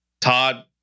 Todd